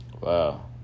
Wow